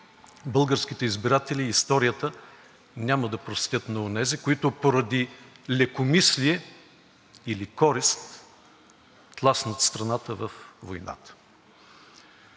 българските избиратели и историята няма да простят на онези, които поради лекомислие или корист тласнат страната във войната.